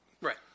Right